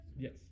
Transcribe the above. Yes